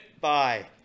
Bye